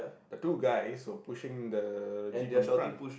the two guys were pushing the jeep from the front